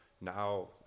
now